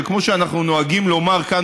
וכמו שאנחנו נוהגים לומר כאן,